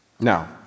Now